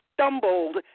stumbled